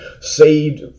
saved